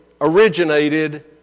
originated